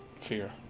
Fear